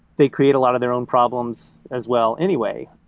they create a lot of their own problems as well anyway.